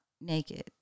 naked